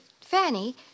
Fanny